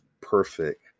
perfect